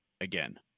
again